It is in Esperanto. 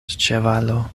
ĉevalo